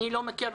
אני לא מכיר.